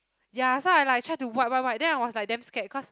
ya so I like try to wipe wipe wipe then I was like damn scared cause